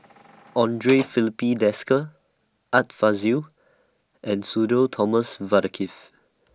Andre Filipe Desker Art Fazil and Sudhir Thomas Vadaketh